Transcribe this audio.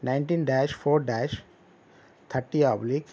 nineteen dash four dash thirty oblique